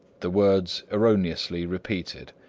the words erroneously repeated.